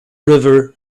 river